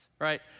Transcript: right